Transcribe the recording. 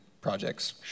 projects